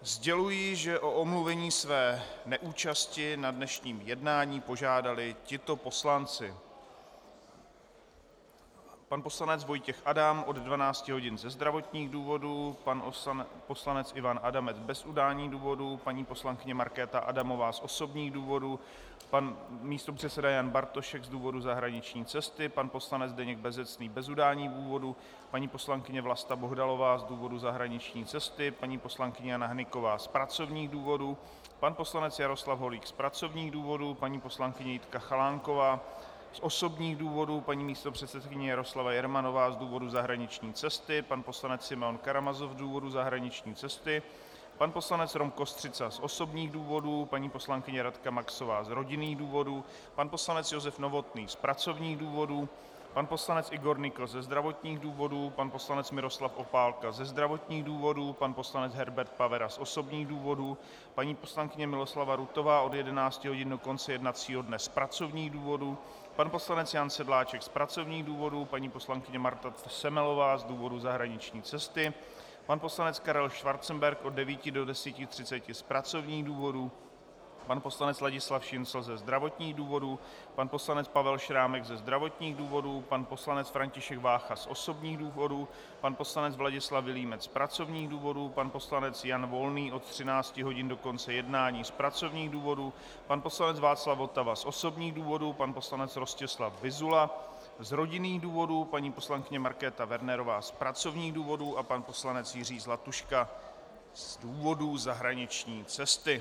Sděluji, že o omluvení své neúčasti na dnešním jednání požádali tito poslanci: pan poslanec Vojtěch Adam od 12 hodin ze zdravotních důvodů, pan poslanec Ivan Adamec bez udání důvodů, paní poslankyně Markéta Adamová z osobních důvodů, pan místopředseda Jan Bartošek z důvodu zahraniční cesty, pan poslanec Zdeněk Bezecný bez udání důvodu, paní poslankyně Vlasta Bohdalová z důvodu zahraniční cesty, paní poslankyně Jana Hnyková z pracovních důvodů, pan poslanec Jaroslav Holík z pracovních důvodů, paní poslankyně Jitka Chalánková z osobních důvodů, paní místopředsedkyně Jaroslava Jermanová z důvodu zahraniční cesty, pan poslanec Simeon Karamazov z důvodu zahraniční cesty, pan poslanec Rom Kostřica z osobních důvodů, paní poslankyně Radka Maxová z rodinných důvodů, pan poslanec Josef Novotný z pracovních důvodů, pan poslanec Igor Nykl ze zdravotních důvodů, pan poslanec Miroslav Opálka ze zdravotních důvodů, pan poslanec Herbert Pavera z osobních důvodů, paní poslankyně Miloslava Rutová od 11 hodin do konce jednacího dne z pracovních důvodů, pan poslanec Jan Sedláček z pracovních důvodů, paní poslankyně Marta Semelová z důvodu zahraniční cesty, pan poslanec Karel Schwarzenberg od 9 do 10.30 z pracovních důvodů, pan poslanec Ladislav Šincl ze zdravotních důvodů, pan poslanec Pavel Šrámek ze zdravotních důvodů, pan poslanec František Vácha z osobních důvodů, pan poslanec Vladislav Vilímec z pracovních důvodů, pan poslanec Jan Volný od 13 hodin do konce jednání z pracovních důvodů, pan poslanec Václav Votava z osobních důvodů, pan poslanec Rostislav Vyzula z rodinných důvodů, paní poslankyně Markéta Wernerová z pracovních důvodů a pan poslanec Jiří Zlatuška z důvodu zahraniční cesty.